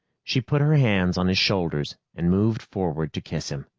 she put her hands on his shoulders and moved forward to kiss him.